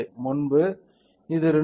முன்பு இது 2